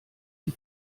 die